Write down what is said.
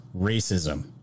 racism